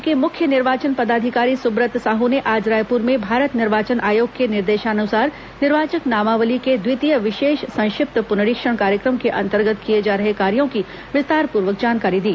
राज्य के मुख्य निर्वाचन पदाधिकारी सुब्रत साहू ने आज रायपुर में भारत निर्वाचन आयोग के निर्देशानुसार निर्वाचक नामावली के द्वितीय विशेष संक्षिप्त पुनरीक्षण कार्यक्रम के अंतर्गत किए जा रहे कार्यों की विस्तारपूर्वक जानकारी दी